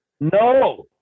No